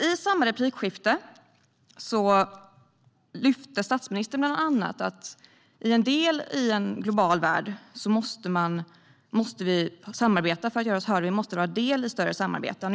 I samma replikskifte lyfte statsministern bland annat fram att som en del i en global värld måste vi samarbeta för att göra oss hörda. Vi måste vara en del i större samarbeten.